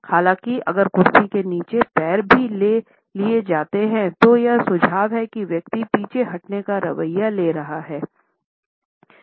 हालांकि अगर कुर्सी के नीचे पैर भी ले लिए जाते हैं तो यह सुझाव है कि व्यक्ति पीछे हटने का रवैया ले रहा हैं